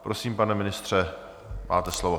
Prosím, pane ministře, máte slovo.